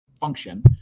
function